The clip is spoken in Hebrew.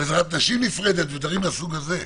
על עזרת נשים נפרדת ודברים מהסוג הזה.